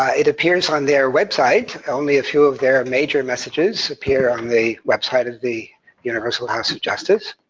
um it appears on their website. only a few of their major messages appear on the website of the universal house of justice.